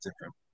different